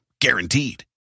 Guaranteed